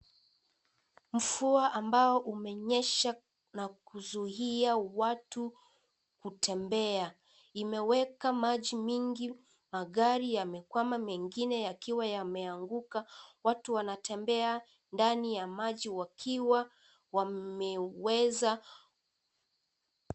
Mvua ambao umenyesha na kuzuia watu kutembea. Imeweka maji mingi. Magari yamekwama, mengine yakiwa yameanguka watu wanatembea ndani ya maji, wakiwa wameweza.